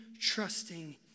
trusting